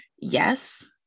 yes